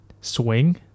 swing